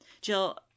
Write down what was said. Jill